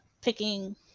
picking